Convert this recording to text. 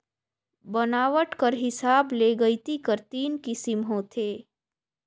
बनावट कर हिसाब ले गइती कर तीन किसिम होथे